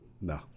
no